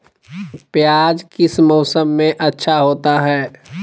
प्याज किस मौसम में अच्छा होता है?